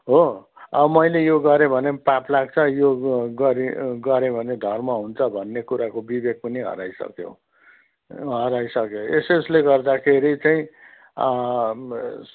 हो अब मैले यो गरेँ भने पाप लाग्छ यो गरेँ गरेँ भने धर्म हुन्छ भन्ने कुराको विवेक पनि हराइसक्यो हराइसक्यो यसउसले गर्दाखेरि चाहिँ